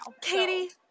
Katie